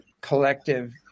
collective